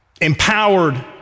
empowered